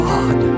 God